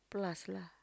plus lah